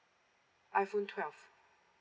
iphone twelve